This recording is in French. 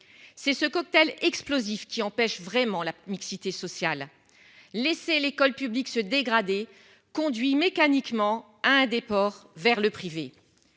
C'est ce cocktail explosif qui empêche vraiment la mixité sociale. Laisser l'école publique se dégrader conduit mécaniquement à un déport vers le privé.